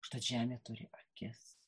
užtat žemė turi akis